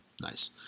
Nice